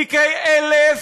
תיקי 1000,